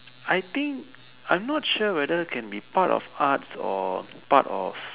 I think I'm not sure whether can be art of arts or part of